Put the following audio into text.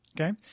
Okay